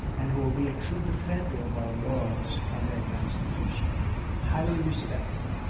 and who will be a true defender of our laws and our constitution highly respected,